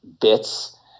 bits